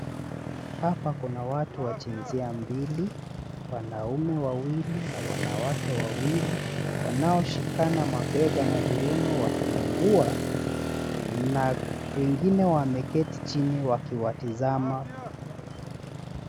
Hapa kuna watu wa jinsia mbili, wanaume wawili na wanawake wawili, wanaoshikana mabega na viuno wakinengua, na wengine wameketi chini wakiwatizama.